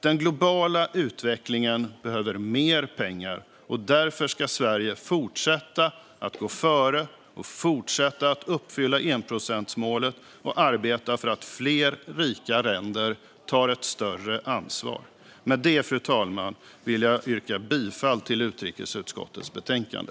Den globala utvecklingen behöver mer pengar, och därför ska Sverige fortsätta att gå före och fortsätta att uppfylla enprocentsmålet och arbeta för att fler rika länder ska ta ett större ansvar. Med detta, fru talman, yrkar jag bifall till förslaget i utrikesutskottets betänkande.